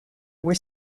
were